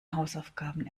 hausaufgaben